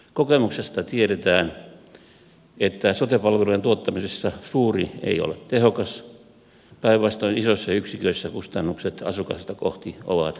kokemuksesta tiedetään että sote palveluiden tuottamisessa suuri ei ole tehokas päinvastoin isoissa yksiköissä kustannukset asukasta kohti ovat suuremmat